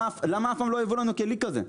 למה אף פעם לא הביאו לנו כלי כזה?